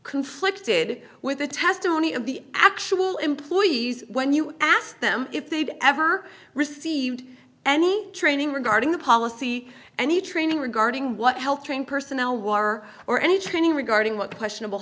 conflicted with the testimony of the actual employees when you asked them if they'd ever received any training regarding the policy and the training regarding what health trained personnel war or any training regarding what the questionable